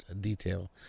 detail